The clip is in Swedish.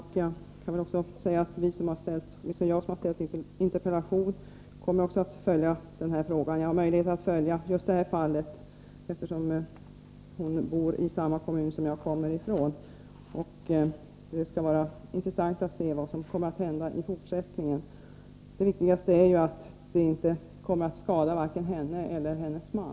Jag kan väl också säga att jag också kommer att följa den här frågan — jag har möjlighet att följa just det här fallet, eftersom kvinnan i fråga bor i den kommun jag kommer ifrån. Det skall bli intressant att se vad som kommer att hända i fortsättningen. Det viktigaste är att det inte kommer att skada vare sig henne eller hennes man.